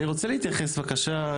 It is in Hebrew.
אני רוצה להתייחס בבקשה,